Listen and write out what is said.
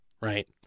right